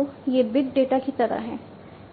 तो ये big data की तरह हैं